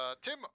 Tim